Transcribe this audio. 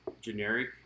generic